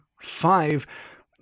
five